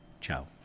Ciao